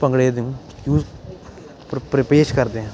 ਭੰਗੜੇ ਨੂੰ ਪਰ ਪੇਸ਼ ਕਰਦੇ ਹਾਂ